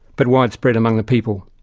but widespread among the people!